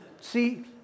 See